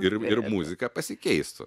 ir ir muzika pasikeistų